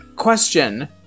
question